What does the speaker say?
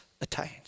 attains